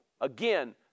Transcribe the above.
Again